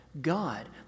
God